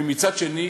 מצד שני,